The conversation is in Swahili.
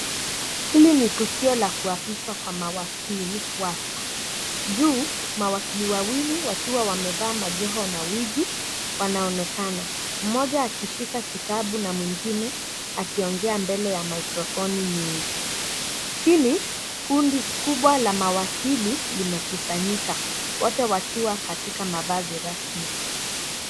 Hili ni tukio la kuapishwa kwa mawakili wapya juu mawakili wawili wakiwa wamevaa majoho na wigi wanaonekana, mmoja akishika kitabu na mwingine akiongea mbele ya maikrofoni nyingi chini kundi kubwa la mawakili limekusanyika wote wakiwa katika mavazi rasmi.